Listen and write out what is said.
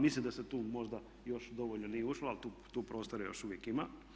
Mislim da se tu možda još dovoljno nije ušlo ali tu prostora još uvijek ima.